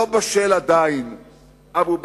אבו-בסמה לא בשלה עדיין לבחירות,